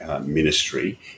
ministry